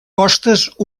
costes